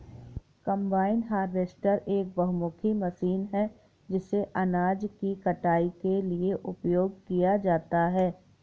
combine harvester एक बहुमुखी machine है जिसे अनाज की कटाई के लिए उपयोग किया जाता है